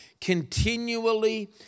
continually